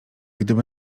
gdyby